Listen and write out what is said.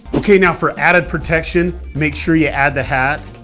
ok now for added protection make sure you add the hat.